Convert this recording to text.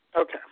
Okay